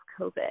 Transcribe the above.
COVID